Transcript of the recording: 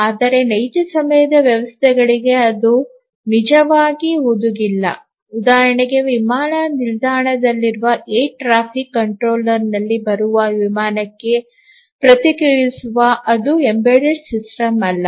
ಆದರೆ ನೈಜ ಸಮಯದ ವ್ಯವಸ್ಥೆಗಳಿವೆ ಅದು ನಿಜವಾಗಿ ಹುದುಗಿಲ್ಲ ಉದಾಹರಣೆಗೆ ವಿಮಾನ ನಿಲ್ದಾಣದಲ್ಲಿನ ಏರ್ ಟ್ರಾಫಿಕ್ ಕಂಟ್ರೋಲರ್ನಲ್ಲಿ ಬರುವ ವಿಮಾನಕ್ಕೆ ಪ್ರತಿಕ್ರಿಯಿಸುವ ಅದು ಎಂಬೆಡೆಡ್ ಸಿಸ್ಟಮ್ ಅಲ್ಲ